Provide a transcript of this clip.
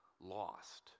lost